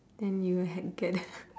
then you had get